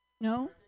No